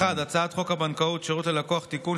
1. הצעת חוק הבנקאות (שירות ללקוח) (תיקון,